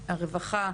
הרווחה,